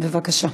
בבקשה.